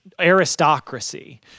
aristocracy